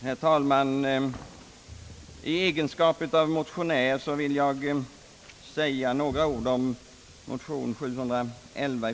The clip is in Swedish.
Herr talman! I egenskap av motionär vill jag säga några ord om motion I: 711.